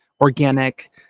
organic